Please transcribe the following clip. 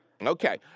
Okay